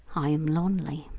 i am lonely.